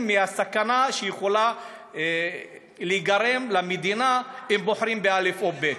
מהסכנה שיכולה להיגרם למדינה כי הם בוחרים בא' או ב'.